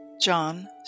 John